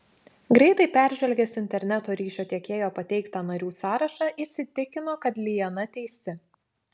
greitai peržvelgęs interneto ryšio tiekėjo pateiktą narių sąrašą įsitikino kad liana teisi